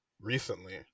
recently